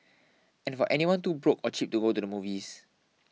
and for anyone too broke or cheap to go to the movies